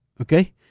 okay